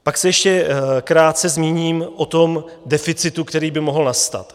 Pak se ještě krátce zmíním o tom deficitu, který by mohl nastat.